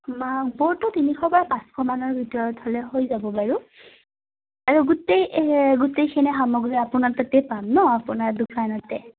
ব'ৰ্ডটো তিনিশ পৰা পাঁচশমানৰ ভিতৰত হ'লে হৈ যাব বাৰু আৰু গোটেই গোটেইখিনি সামগ্ৰী আপোনাৰ তাতেই পাম ন আপোনাৰ দোকানতে